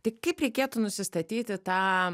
tai kaip reikėtų nusistatyti tą